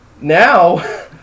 Now